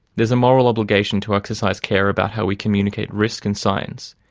there's a moral obligation to exercise care about how we communicate risk and science,